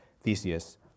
Theseus